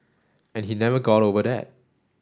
and he never got over that